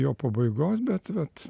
jo pabaigos bet vat